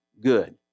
good